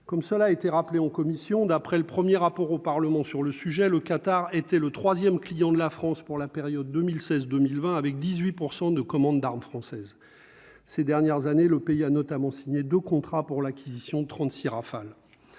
comme cela a été rappelé en commission, d'après le 1er rapport au Parlement sur le sujet, le Qatar était le 3ème, client de la France pour la période 2016, 2020 avec 18 % de commande d'armes françaises ces dernières années, le pays a notamment signé de contrat pour l'acquisition de 36 Rafale,